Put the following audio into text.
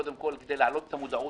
קודם כול כדי להעלות את המודעות,